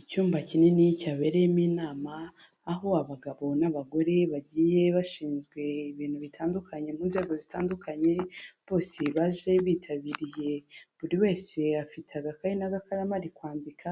Icyumba kinini cyabereyemo inama, aho abagabo n'abagore bagiye bashinzwe ibintu bitandukanye mu nzego zitandukanye, bose baje bitabiriye. Buri wese afite agakaye n'agakaramu ari kwandika,